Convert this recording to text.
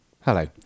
Hello